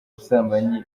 busambanyi